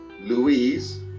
Louise